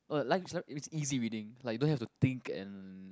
oh light it's is easy reading like don't have to think and